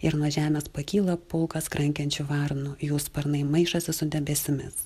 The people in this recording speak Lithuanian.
ir nuo žemės pakyla pulkas krankiančių varnų jų sparnai maišosi su debesimis